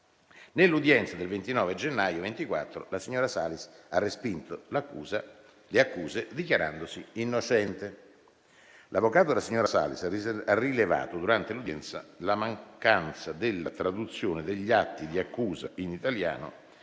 Nell'udienza del 29 gennaio 2024, la signora Salis ha respinto le accuse dichiarandosi innocente. L'avvocato della signora Salis ha rilevato durante l'udienza la mancanza della traduzione degli atti di accusa in italiano